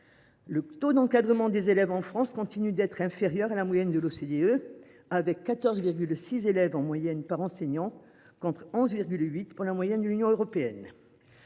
Le taux d’encadrement des élèves en France continue d’être inférieur à la moyenne de l’OCDE, avec 14,6 élèves en moyenne par enseignant, contre 11,8 au sein de l’Union européenne.